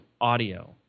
audio